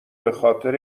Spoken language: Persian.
بخاطر